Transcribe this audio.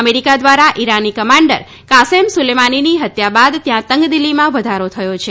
America દ્વારા ઈરાની commander Qasem સુલેનાનીની હત્યા બાદ ત્યાં તંગદીલીમાં વધારો થયો છે